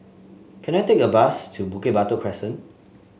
can I take a bus to Bukit Batok Crescent